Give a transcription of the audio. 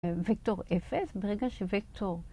וקטור אפס? ברגע שווקטור...